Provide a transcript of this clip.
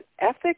ethics